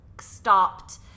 stopped